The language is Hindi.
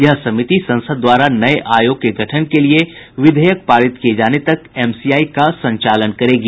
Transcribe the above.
यह समिति संसद द्वारा नये आयोग के गठन के लिए विधेयक पारित किए जाने तक एमसीआई का संचालन करेंगी